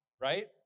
right